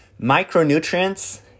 Micronutrients